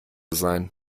sein